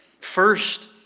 First